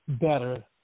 better